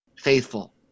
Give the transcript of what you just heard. faithful